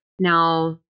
Now